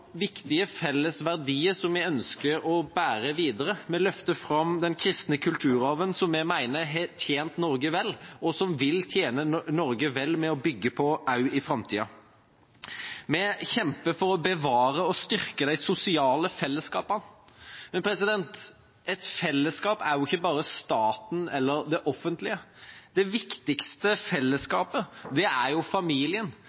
viktige felles verdier som vi ønsker å bære videre. Vi løfter fram den kristne kulturarven, som vi mener har tjent Norge vel, og som vil tjene Norge vel ved at vi bygger på den også i framtiden. Vi kjemper for å bevare og styrke de sosiale fellesskapene. Men et fellesskap er jo ikke bare staten eller det offentlige. Det viktigste